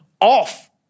off